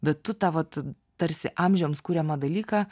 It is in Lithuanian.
bet tu ta vat tarsi amžiams kuriamą dalyką